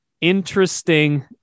interesting